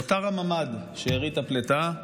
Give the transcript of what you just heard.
נותר הממ"ד, שארית הפלטה,